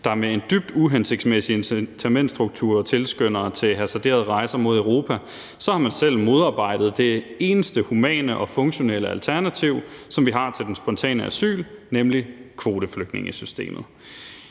der med en dybt uhensigtsmæssig incitamentstruktur tilskynder til hasarderede rejser mod Europa, så har man selv modarbejdet det eneste humane og funktionelle alternativ, som vi har til spontant asyl, nemlig kvoteflygtningesystemet.